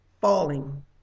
falling